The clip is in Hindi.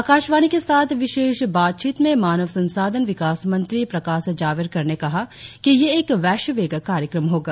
आकाशवाणी के साथ विशेष बातचीत में मानव संसाधन विकास मंत्री प्रकाश जावड़ेकर ने कहा कि ये एक वैश्विक कार्यक्रम होगा